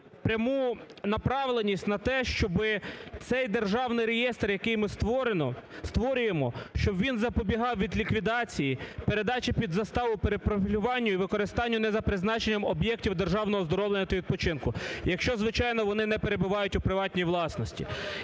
пряму направленість на те, щоб цей державний реєстр, який ми створюємо, щоб він запобігав від ліквідації, передачі під заставу, перепрофілюванню і використанню не за призначенням об'єктів державного оздоровлення та відпочинку, якщо, звичайно, вони не перебувають у приватній власності.